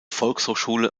volkshochschule